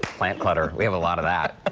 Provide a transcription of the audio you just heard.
plant but we have a lot of that.